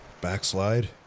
backslide